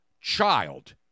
child